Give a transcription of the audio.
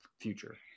Future